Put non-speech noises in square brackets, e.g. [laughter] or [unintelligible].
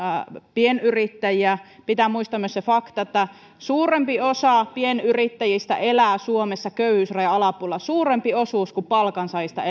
pienyrittäjiä pitää muistaa myös se fakta että suurempi osa pienyrittäjistä elää suomessa köyhyysrajan alapuolella kuin palkansaajista [unintelligible]